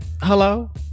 Hello